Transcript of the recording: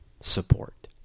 support